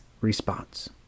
response